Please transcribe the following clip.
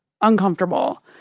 uncomfortable